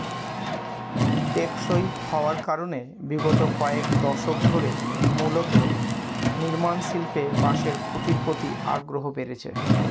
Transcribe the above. টেকসই হওয়ার কারনে বিগত কয়েক দশক ধরে মূলত নির্মাণশিল্পে বাঁশের খুঁটির প্রতি আগ্রহ বেড়েছে